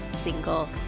single